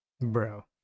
bro